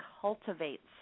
cultivates